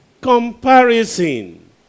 comparison